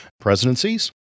presidencies